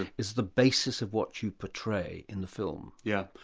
is the basis of what you portray in the film. yeah